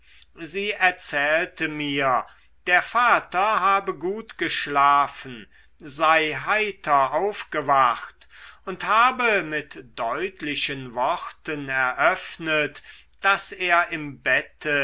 sie erzählte mir der vater habe gut geschlafen sei heiter aufgewacht und habe mit deutlichen worten eröffnet daß er im bette